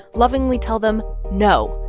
lovingly, tell them no.